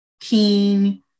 King